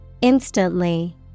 Instantly